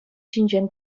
ҫинчен